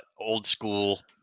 old-school